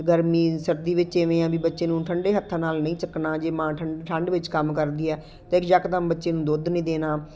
ਅਤੇ ਗਰਮੀ ਸਰਦੀ ਵਿੱਚ ਐਵੇਂ ਆ ਵੀ ਬੱਚੇ ਨੂੰ ਠੰਡੇ ਹੱਥਾਂ ਨਾਲ ਨਹੀਂ ਚੱਕਣਾ ਜੇ ਮਾਂ ਠੰ ਠੰਡ ਵਿੱਚ ਕੰਮ ਕਰਦੀ ਹੈ ਅਤੇ ਜੱਕਦਮ ਦਾ ਬੱਚੇ ਨੂੰ ਦੁੱਧ ਨਹੀਂ ਦੇਣਾ